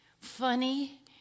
Funny